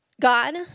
God